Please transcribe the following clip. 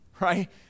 right